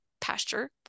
pasture